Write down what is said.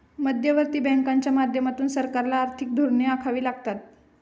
मध्यवर्ती बँकांच्या माध्यमातून सरकारला आर्थिक धोरणे आखावी लागतात